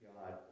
God